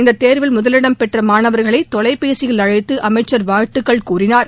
இந்த தேர்வில் முதலிடம் பெற்ற மாணவர்களை தொலைபேசியில் அழைத்து அமைச்சர் வாழ்த்துக்கள் தெரிவித்தார்